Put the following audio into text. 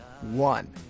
one